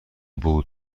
بود